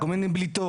כל מיני בליטות,